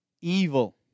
evil